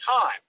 time